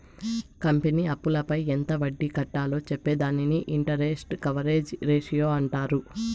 company అప్పులపై ఎంత వడ్డీ కట్టాలో చెప్పే దానిని ఇంటరెస్ట్ కవరేజ్ రేషియో అంటారు